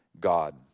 God